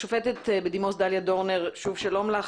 השופטת בדימוס דליה דורנר, שוב שלום לך.